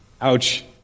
Ouch